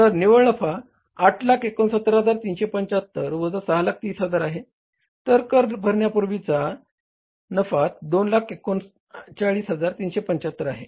तर निव्वळ नफा 869375 वजा 630000 आहे तर कर भरण्यापूर्वीचा नफा 239375 आहे